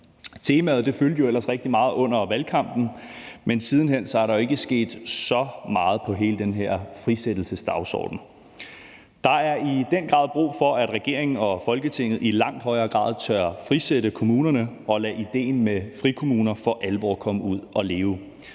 Temaet fyldte jo ellers rigtig meget under valgkampen, men siden hen er der ikke sket så meget på hele den her frisættelsesdagsorden. Der er i den grad brug for, at regeringen og Folketinget i langt højere grad tør frisætte kommunerne og lade idéen med frikommuner for alvor komme ud at leve.